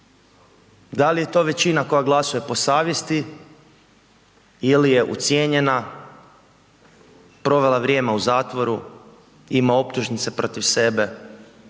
Da li je to većina koja glasuje po savjesti ili je ucijenjena, provela vrijeme u zatvoru, ima optužnice protiv sebe,